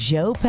Joe